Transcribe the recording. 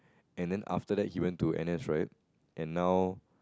and then after that he went to N_S right and now